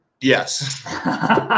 Yes